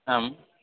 आम्